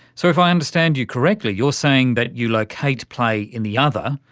so if i understand you correctly, you're saying that you locate play in the other,